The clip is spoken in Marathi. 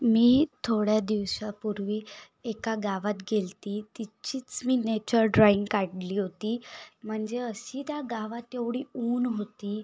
मी थोड्या दिवसापूर्वी एका गावात गेली होती तिचीच मी नेचर ड्रॉईंग काढली होती म्हणजे अशी त्या गावात एवढी ऊन होती